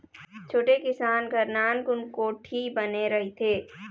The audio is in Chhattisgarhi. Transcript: छोटे किसान घर नानकुन कोठी बने रहिथे